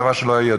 דבר שלא היה ידוע,